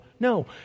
No